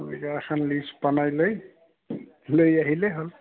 এখন লিষ্ট বনাই লৈ লৈ আহিলে হ'ল